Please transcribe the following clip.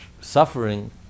suffering